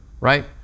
Right